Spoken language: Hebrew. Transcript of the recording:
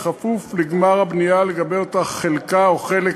בכפוף לגמר הבנייה לגבי אותה חלקה